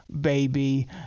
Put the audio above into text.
baby